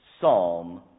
Psalm